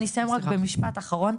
אני אסיים רק במשפט אחרון.